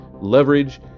leverage